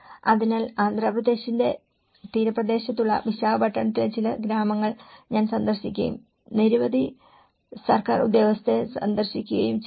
അതിനാൽ ആന്ധ്രാപ്രദേശിന്റെ തീരപ്രദേശത്തുള്ള വിശാഖപട്ടണത്തിലെ ചില ഗ്രാമങ്ങൾ ഞാൻ സന്ദർശിക്കുകയും നിരവധി സർക്കാർ ഉദ്യോഗസ്ഥരെ സന്ദർശിക്കുകയും ചെയ്തു